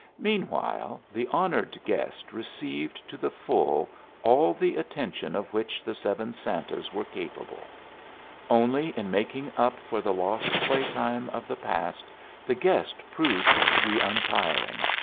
meanwhile, the honored guest received to the full all the attention of which the seven santas were capable only in making up for the lost playtime of the past the guest proved to be untiring,